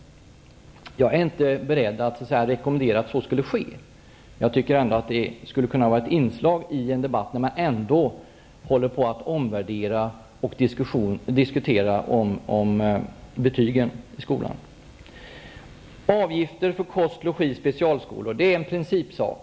Jag är inte beredd att rekommendera att så skulle ske. Jag tycker att det skulle kunna vara ett inslag i en debatt, när man ändå håller på att diskutera och omvärdera betygen i skolan. Avgifter för kost och logi i specialskolor är också en principfråga.